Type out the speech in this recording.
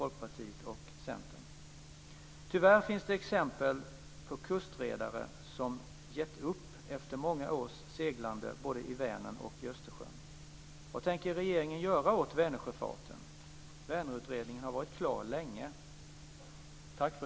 Tyvärr finns det exempel på kustredare som gett upp efter många års seglande både i Vänern och i